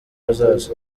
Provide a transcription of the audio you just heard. hazaza